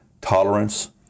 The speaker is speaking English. tolerance